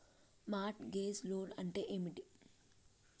Mart gauge loan అంటే ఏమిటి?